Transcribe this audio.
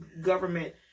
government